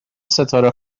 ستاره